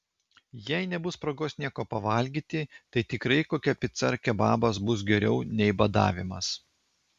jei nebus progos nieko pavalgyti tai tikrai kokia pica ar kebabas bus geriau nei badavimas